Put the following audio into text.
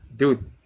dude